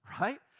right